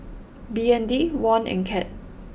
B N D Won and Cad